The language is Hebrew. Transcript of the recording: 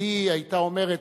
והיא היתה אומרת,